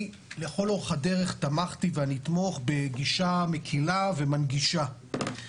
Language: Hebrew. לכל אורך הדרך תמכתי ואני אתמוך בגישה מקילה ומנגישה.